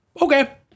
okay